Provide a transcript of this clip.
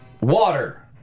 Water